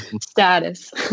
status